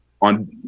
on